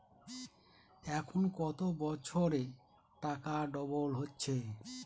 এখন কত বছরে টাকা ডবল হচ্ছে?